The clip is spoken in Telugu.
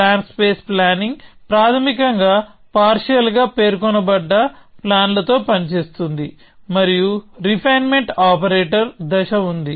ప్లాన్ స్పేస్ ప్లానింగ్ ప్రాథమికంగా పార్షియల్ గా పేర్కొనబడ్డ ప్లాన్ లతో పనిచేస్తుంది మరియు రిఫైన్మెంట్ ఆపరేటర్ దశ ఉంది